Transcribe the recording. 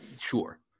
Sure